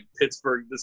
Pittsburgh